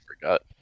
forgot